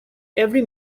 every